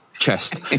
chest